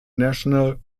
national